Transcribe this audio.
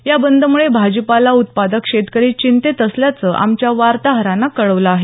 या बंद मूळे भाजीपाला उत्पादक शेतकरी चिंतेत असल्याचं आमच्या वार्ताहरानं कळवलं आहे